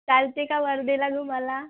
चालते का वर्धेला घेऊन मला